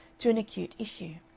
to an acute issue.